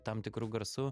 tam tikru garsu